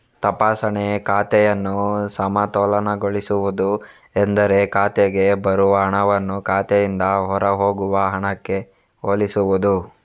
ತಪಾಸಣೆ ಖಾತೆಯನ್ನು ಸಮತೋಲನಗೊಳಿಸುವುದು ಎಂದರೆ ಖಾತೆಗೆ ಬರುವ ಹಣವನ್ನು ಖಾತೆಯಿಂದ ಹೊರಹೋಗುವ ಹಣಕ್ಕೆ ಹೋಲಿಸುವುದು